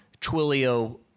Twilio